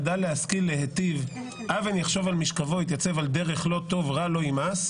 בְּקֶרֶב לִבִּי אֵין־פַּחַד אֱלֹהִים לְנֶגֶד עֵינָיו׃